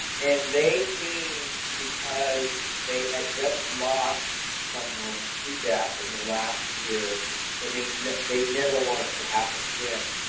and, they came because they had just lost someone to death in the last year and they they never want it to happen again.